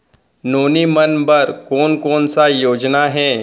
नोनी मन बर कोन कोन स योजना हे?